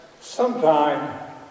sometime